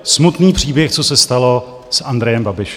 Smutný příběh, co se stalo s Andrejem Babišem.